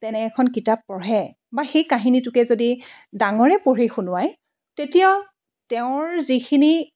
তেনে এখন কিতাপ পঢ়ে বা সেই কাহিনীটোকে যদি ডাঙৰে পঢ়ি শুনোৱাই তেতিয়াও তেওঁৰ যিখিনি